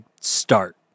start